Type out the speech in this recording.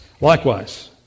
Likewise